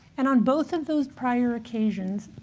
and on both of those prior occasions,